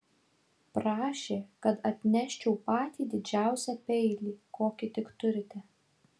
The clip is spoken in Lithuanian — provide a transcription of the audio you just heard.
prašė kad atneščiau patį didžiausią peilį kokį tik turite